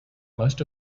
most